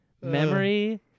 Memory